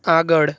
આગળ